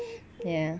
ya